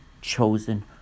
chosen